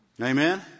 Amen